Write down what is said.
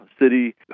city